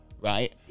right